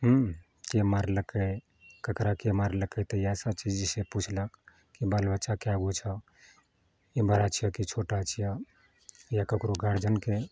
हूँ के मारलकै केकरा के मारलकै तऽ इएह सब चीज जे छै से पुछलक बाल बच्चा कै गो छऽ ई बड़ा छी कि छोटा छिअ या ककरो गार्जियनके